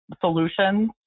solutions